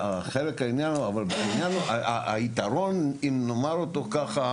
אבל העניין הוא שה"יתרון״ אם נאמר את זה ככה,